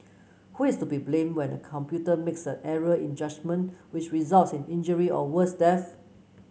who is to be blamed when a computer makes an error in judgement which results in injury or worse death